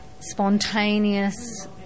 spontaneous